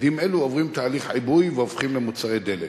אדים אלו עוברים תהליך עיבוי והופכים למוצרי דלק.